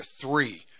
three